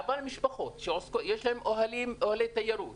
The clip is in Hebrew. אבל משפחות שיש להן אוהלי תיירות